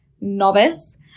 novice